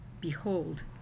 Behold